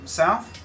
south